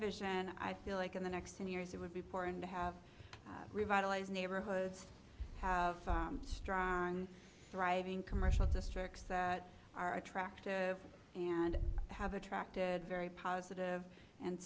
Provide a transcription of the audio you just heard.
vision and i feel like in the next ten years it would be poor and to have revitalize neighborhoods have strong thriving commercial districts that are attractive and have attracted very positive and